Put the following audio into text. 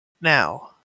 Now